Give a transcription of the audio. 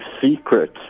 secret